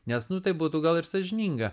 nes nu tai būtų gal ir sąžininga